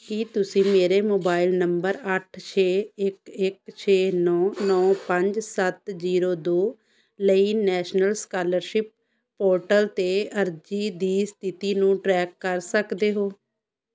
ਕੀ ਤੁਸੀਂ ਮੇਰੇ mobile number ਅੱਠ ਛੇ ਇੱਕ ਇੱਕ ਛੇ ਨੌ ਨੌ ਪੰਜ ਸੱਤ ਜੀਰੋ ਦੋ ਲਈ ਨੈਸ਼ਨਲ ਸਕਾਲਰਸ਼ਿਪ ਪੋਰਟਲ 'ਤੇ ਅਰਜ਼ੀ ਦੀ ਸਥਿਤੀ ਨੂੰ ਟਰੈਕ ਕਰ ਸਕਦੇ ਹੋ